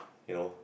you know